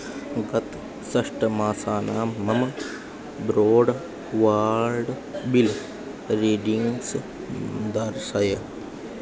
गत षण्मासानां मम ब्रोड्वाल्ड् बिल् रीडिङ्ग्स् दर्शय